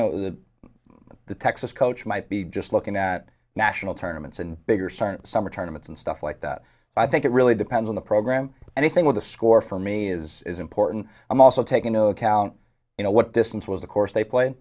know the texas coach might be just looking at national tournaments and bigger star summer tournaments and stuff like that i think it really depends on the program anything with a score for me is important i'm also take into account you know what distance was the course they play